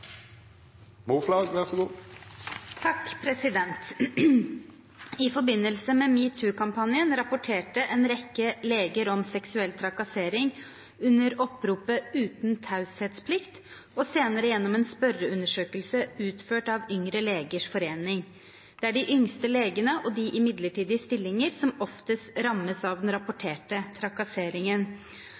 senere gjennom en spørreundersøkelse utført av Yngre legers forening. Det er de yngste legene og de i midlertidige stillinger som oftest rammes av den rapporterte trakasseringen.